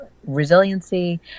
resiliency